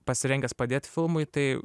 pasirengęs padėt filmui tai